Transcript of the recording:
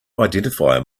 identifier